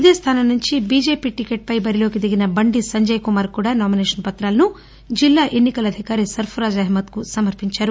ఇదే స్థానం నుంచి బిజెపి టీకెట్పై బరిలోకి దిగిన బండి సంజయ్కుమార్ కూడా నామినేషన్ పుతాలను జిల్లా ఎన్నికల అధికారి సర్పరాజ్ అహ్మద్కు సమర్పించారు